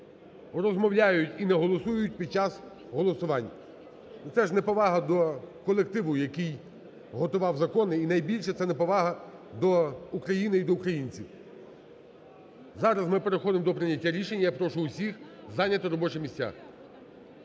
розмовляють і не голосують під час голосувань. І це ж неповага до колективу, який готував закон, і найбільше це неповага до України і до українців. Зараз ми переходимо до прийняття рішення. Я прошу всіх зайняти робочі місця.